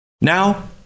now